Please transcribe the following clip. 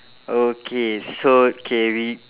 okay so K we